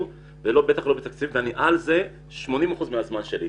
ובכל זאת אני משקיע בנושא 80% מהזמן שלי.